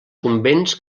convents